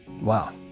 Wow